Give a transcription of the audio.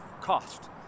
cost